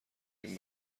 این